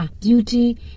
beauty